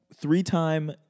three-time